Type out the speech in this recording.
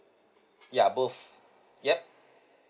ya both yup